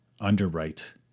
underwrite